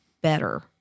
better